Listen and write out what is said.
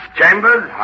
Chambers